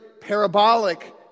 parabolic